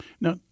Now